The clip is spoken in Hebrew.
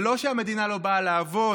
זה לא שהמדינה לא באה לעבוד,